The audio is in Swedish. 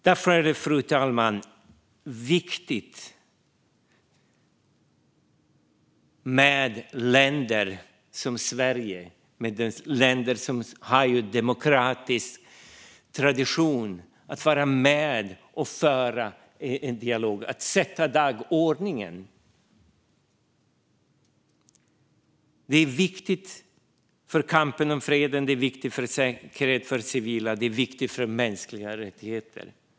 Därför är det viktigt att länder som Sverige, länder som har en demokratisk tradition, är med och för dialog och sätter dagordningen. Det är viktigt för kampen för fred. Det är viktigt för säkerheten för civila. Det är viktigt för de mänskliga rättigheterna.